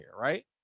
right